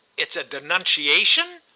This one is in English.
it's a denunciation?